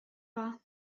war